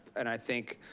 and i think,